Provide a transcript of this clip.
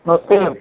नमस्ते मैम